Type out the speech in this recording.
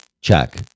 check